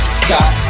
stop